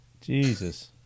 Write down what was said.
Jesus